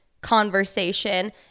conversation